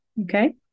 okay